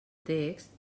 text